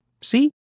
See